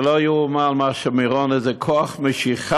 זה לא ייאמן מה שמירון, איזה, כוח משיכה